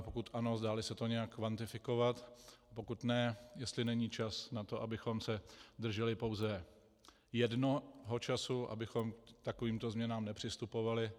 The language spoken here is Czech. Pokud ano, dáli se to nějak kvantifikovat, pokud ne, jestli není čas na to, abychom se drželi pouze jednoho času, abychom k takovýmto změnám nepřistupovali.